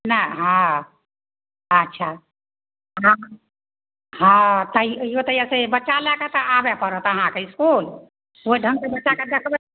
नहि हँ अच्छा हँ तैयो तऽ एतऽ बच्चा लै कऽ तऽ आबे पड़त अहाँके इसकुल ओहि ढङ्गसँ बच्चाके देखबै